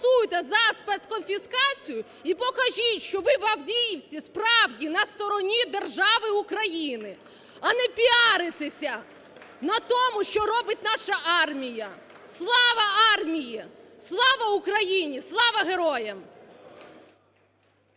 проголосуйте за спецконфіскацію і покажіть, що ви в Авдіївці справді на стороні держави України, а не піаритеся на тому, що робить наша армія. Слава армії! Слава Україні! Слава героям!